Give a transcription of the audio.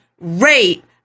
rape